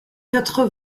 quatre